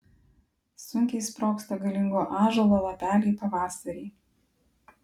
sunkiai sprogsta galingo ąžuolo lapeliai pavasarį